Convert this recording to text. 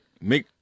make